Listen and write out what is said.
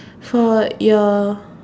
for your